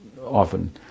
often